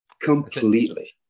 Completely